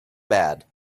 bad